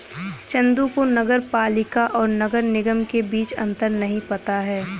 चंदू को नगर पालिका और नगर निगम के बीच अंतर नहीं पता है